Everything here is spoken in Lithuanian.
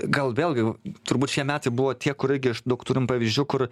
gal vėlgi turbūt šie metai buvo tie kur irgi daug turim pavyzdžių kur